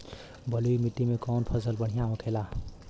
बलुई मिट्टी में कौन फसल बढ़ियां होखे ला?